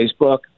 facebook